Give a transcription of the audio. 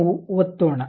ನಾವು ಒತ್ತೋಣ